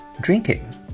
drinking